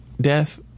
death